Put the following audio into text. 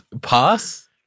pass